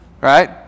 right